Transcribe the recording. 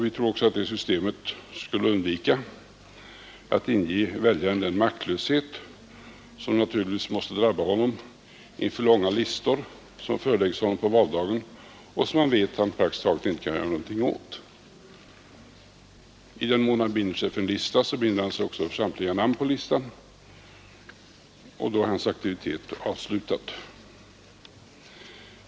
Vi tror också att det systemet inte skulle inge väljaren den känsla av maktlöshet, som naturligtvis måste drabba honom inför långa listor som föreläggs honom på valdagen och som han vet att han praktiskt taget inte kan göra någonting åt. I den mån han binder sig för en lista binder han sig också för samtliga namn på listan, och därmed är hans aktivitet avslutad.